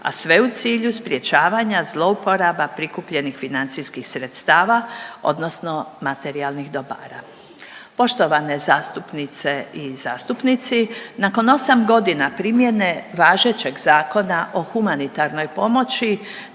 a sve u cilju sprječavanja zlouporaba prikupljenih financijskih sredstava odnosno materijalnih dobara. Poštovane zastupnice i zastupnici, nakon 8.g. primjene važećeg Zakona o humanitarnoj pomoći